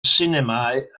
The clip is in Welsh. sinemâu